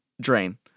drain